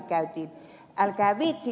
älkää viitsikö